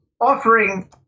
offering